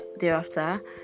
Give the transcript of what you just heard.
thereafter